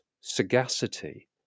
sagacity